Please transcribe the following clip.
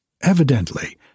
evidently